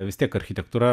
vis tiek architektūra